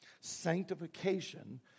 sanctification